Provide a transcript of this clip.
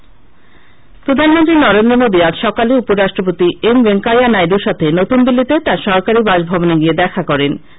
উপরাষ্ট্রপতি প্রধানমন্ত্রী নরেন্দ্র মোদী আজ সকালে উপরাষ্ট্রপতি এমভেঙ্কাইয়া নাইডুর সাথে নতুন দিল্লীতে তার সরকারী বাসভবনে গিয়ে দেখা করেন